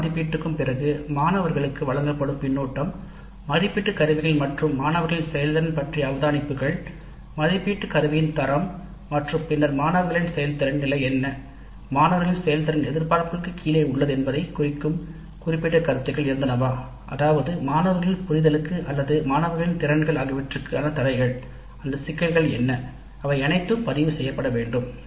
ஒவ்வொரு பயிற்சிக்கும் பிறகு மாணவர்களுக்கு வழங்கப்படும் கருத்து மதிப்பீடு மதிப்பீட்டு கருவிகள் மற்றும் மாணவர்களின் செயல்திறன் பற்றிய அவதானிப்புகள் மதிப்பீட்டு கருவியின் தரம் மற்றும் பின்னர் மாணவர்களின் செயல்திறன் நிலை என்ன மாணவர்களின் செயல்திறன் எதிர்பார்ப்புகளுக்கு கீழே உள்ளது என்பதைக் குறிக்கும் குறிப்பிட்ட கருத்துக்கள் இருந்தனவா அதாவது மாணவர்களின் புரிதலுக்கு அல்லது மாணவர்களின் திறன்கள் ஆகியவற்றுக்கான தடைகள் அந்த சிக்கல்கள் என்ன அவை அனைத்தும் பதிவு செய்யப்பட வேண்டும்